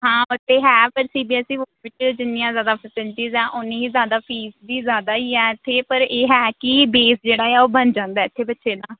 ਹਾਂ ਉਹ ਤਾਂ ਹੈ ਪਰ C B S E board ਵਿੱਚ ਜਿੰਨੀਆਂ ਜ਼ਿਆਦਾ ਫਸਲਿਟੀਜ਼ ਆ ਓਨੀ ਹੀ ਜ਼ਿਆਦਾ ਫੀਸ ਵੀ ਜ਼ਿਆਦਾ ਹੀ ਹੈ ਇੱਥੇ ਪਰ ਇਹ ਹੈ ਕਿ ਬੇਸ ਜਿਹੜਾ ਆ ਉਹ ਬਣ ਜਾਂਦਾ ਇੱਥੇ ਬੱਚੇ ਦਾ